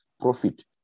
profit